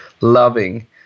loving